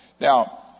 Now